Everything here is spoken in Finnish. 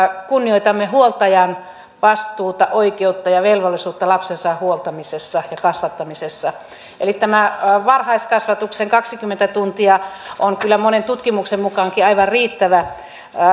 kunnioitamme huoltajan vastuuta oikeutta ja velvollisuutta lapsensa huoltamisessa ja kasvattamisessa tämä varhaiskasvatuksen kaksikymmentä tuntia on kyllä monen tutkimuksenkin mukaan aivan riittävä